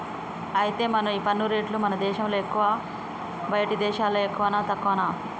అయితే ఈ పన్ను రేట్లు మన దేశంలో ఎక్కువా బయటి దేశాల్లో ఎక్కువనా తక్కువనా